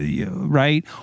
right